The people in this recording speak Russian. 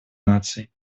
наций